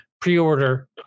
pre-order